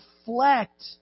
reflect